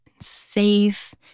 safe